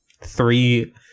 three